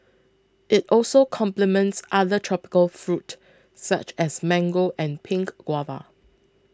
it also complements other tropical fruit such as mango and pink guava